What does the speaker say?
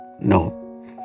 No